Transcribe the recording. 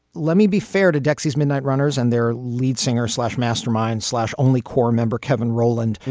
let me be fair to dexia's midnight runners and their lead singer slash mastermind slash only corps member kevin roland.